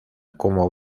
como